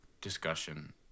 discussion